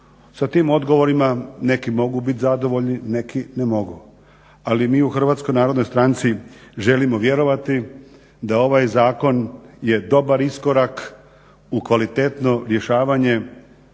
Sa tim odgovorima neki mogu biti zadovoljni neki ne mogu, ali mi u HNS-u želimo vjerovati da je ovaj zakon dobar iskorak u kvalitetno rješavanje